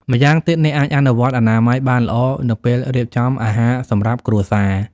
ម៉្យាងទៀត អ្នកអាចអនុវត្តអនាម័យបានល្អនៅពេលរៀបចំអាហារសម្រាប់គ្រួសារ។